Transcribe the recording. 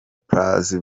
plus